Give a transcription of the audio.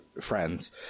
friends